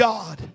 God